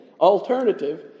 alternative